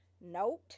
note